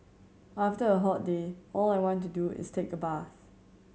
after a hot day all I want to do is take a bath